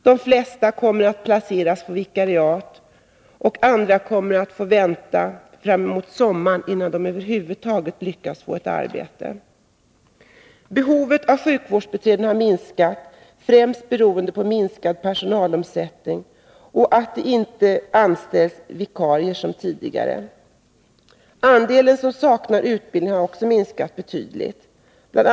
De flesta kommer att placeras på vikariat. Andra kommer att få vänta till framemot sommaren innan de över huvud taget kan få ett arbete. Behovet av sjukvårdsbiträden har minskat, främst beroende på minskad personalomsättning och på det faktum att vikariat nu inte tillsätts i samma omfattning som tidigare.